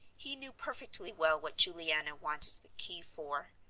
he knew perfectly well what juliana wanted the key for.